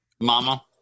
mama